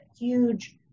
huge